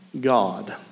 God